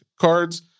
cards